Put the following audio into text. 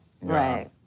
Right